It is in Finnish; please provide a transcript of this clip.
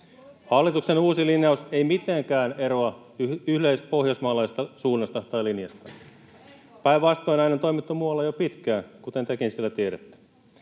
Hallituksen uusi linjaus ei mitenkään eroa yleispohjoismaalaisesta suunnasta tai linjasta. Päinvastoin, näin on toimittu muualla jo pitkään, kuten tekin siellä tiedätte.